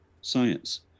science